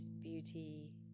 beauty